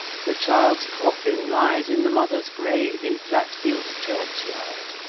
the child's coffin lies in the mother's grave, in flatfield churchyard.